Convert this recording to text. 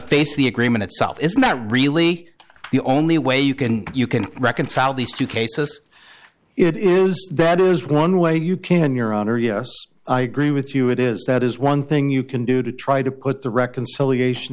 of the agreement itself is not really the only way you can you can reconcile these two cases it is that is one way you can your honor yes i agree with you it is that is one thing you can do to try to put the reconciliation